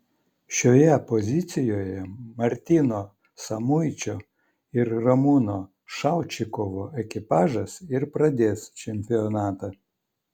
šioje pozicijoje martyno samuičio ir ramūno šaučikovo ekipažas ir pradės čempionatą